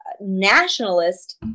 nationalist